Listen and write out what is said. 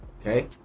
okay